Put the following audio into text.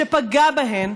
שפגע בהן,